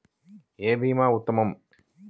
ఏ భీమా ఉత్తమము?